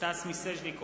סטס מיסז'ניקוב,